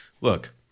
Look